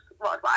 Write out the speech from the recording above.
worldwide